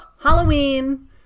Halloween